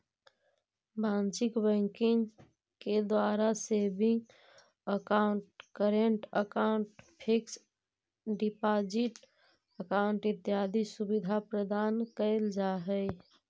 वाणिज्यिक बैंकिंग के द्वारा saving account, current account, fix deposit account इत्यादि सुविधा प्रदान कैल जा हइ